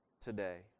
today